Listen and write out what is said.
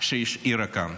שהשאירה כאן.